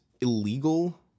illegal